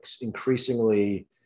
increasingly